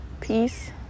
peace